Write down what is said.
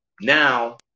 now